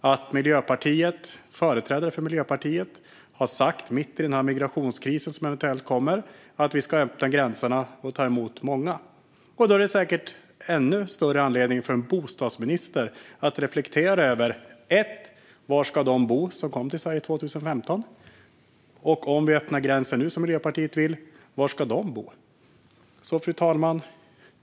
Jag har också noterat att företrädare för Miljöpartiet har sagt om den migrationskris som eventuellt kommer att vi ska öppna gränserna och ta emot många. Det är en ännu större anledning för en bostadsminister att reflektera över var de som kom till Sverige 2015 ska bo och, om vi nu öppnar gränserna som Miljöpartiet vill, var de som i så fall kommer att komma ska bo. Fru talman!